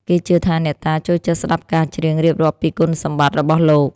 គេជឿថាអ្នកតាចូលចិត្តស្ដាប់ការច្រៀងរៀបរាប់ពីគុណសម្បត្តិរបស់លោក។